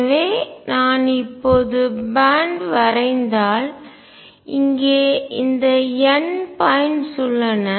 எனவே நான் இப்போது பேன்ட் பட்டை வரைந்தால்இங்கே இந்த n பாயிண்ட்ஸ் உள்ளன